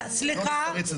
זה צריך להיות ברבנות הראשית,